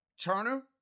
Turner